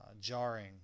jarring